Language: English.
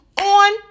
on